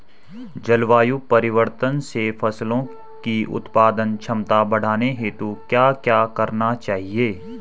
जलवायु परिवर्तन से फसलों की उत्पादन क्षमता बढ़ाने हेतु क्या क्या करना चाहिए?